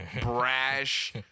brash